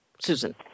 Susan